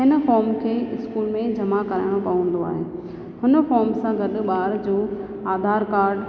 हिन फोर्म खे स्कूल में जमा कराइणो पवंदो आहे हुन फोर्म सां गॾु ॿार जो आधार कार्ड